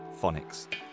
phonics